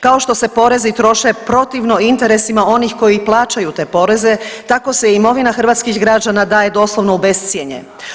Kao što se porezi troše protivno interesima onih koji i plaćaju te poreze tako se i imovina hrvatskih građana daje doslovno u bescjenje.